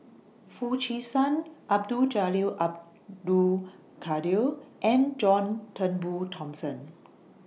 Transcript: Foo Chee San Abdul Jalil Abdul Kadir and John Turnbull Thomson